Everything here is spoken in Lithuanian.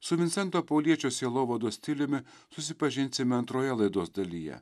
su vincento pauliečio sielovados stiliumi susipažinsime antroje laidos dalyje